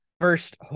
First